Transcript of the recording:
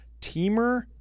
teamer